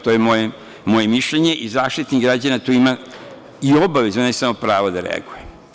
To je moje mišljenje i Zaštitnik građana ima i obavezu, a ne samo pravo da reaguje.